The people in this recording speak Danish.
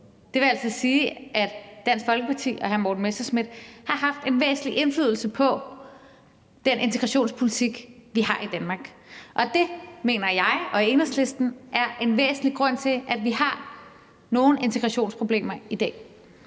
Det vil altså sige, at Dansk Folkeparti og hr. Morten Messerschmidt har haft en væsentlig indflydelse på den integrationspolitik, vi har i Danmark. Og det mener jeg og Enhedslisten er en væsentlig grund til, at vi har nogle integrationsproblemer i dag.